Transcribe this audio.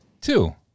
two